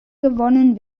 gewonnen